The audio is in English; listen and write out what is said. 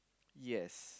yes